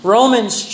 Romans